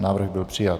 Návrh byl přijat.